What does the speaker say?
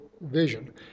vision